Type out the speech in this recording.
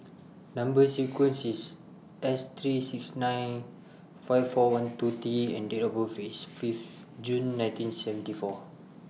Number sequence IS S three six nine five four one two T and Date of birth IS Fifth June nineteen seventy four